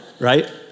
Right